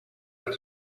uit